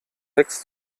wächst